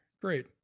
great